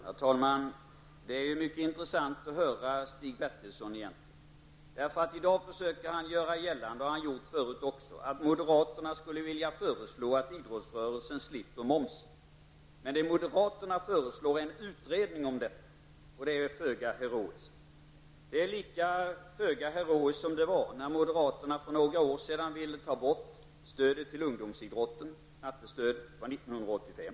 Herr talman! Det är mycket intressant att höra Stig Bertilsson. Han har i dag, och tidigare, försökt göra gällande att moderaterna skulle vilja föreslå att idrottsrörelsen slipper moms. Men moderaterna föreslår en utredning om det. Det är föga heroiskt. Det är lika föga heroiskt som det var när moderaterna för några år sedan ville ta bort stödet till ungdomsidrotten, Knatte-stödet, 1985.